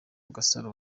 gasaro